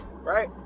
right